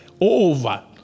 over